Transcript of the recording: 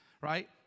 right